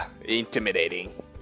intimidating